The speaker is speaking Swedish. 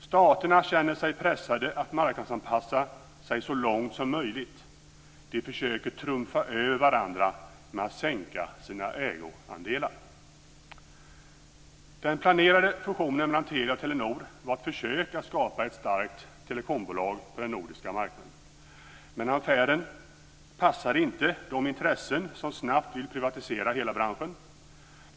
Staterna känner sig pressade att marknadsanpassa sig så långt som möjligt - de försöker trumfa över varandra med att sänka sina ägoandelar. Den planerade fusionen mellan Telia och Telenor var ett försök att skapa ett starkt telekombolag på den nordiska marknaden. Men affären passar inte de intressen som snabbt vill privatisera hela branschen.